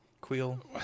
Quill